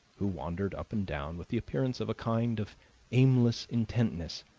who wandered up and down with the appearance of a kind of aimless intentness,